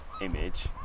image